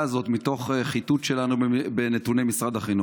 הזאת מתוך חיטוט שלנו בנתוני משרד החינוך.